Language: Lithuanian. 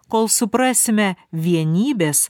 kol suprasime vienybės